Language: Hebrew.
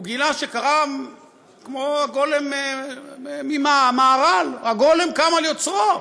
הוא גילה שכמו הגולם מפראג, הגולם קם על יוצרו.